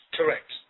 Correct